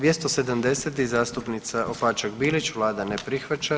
270. zastupnica Opačak Bilić, vlada ne prihvaća.